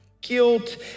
guilt